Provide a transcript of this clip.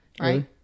right